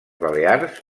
balears